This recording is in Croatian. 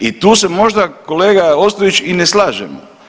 I tu se možda kolega Ostojić i ne slažemo.